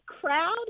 crowd